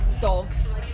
dogs